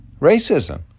racism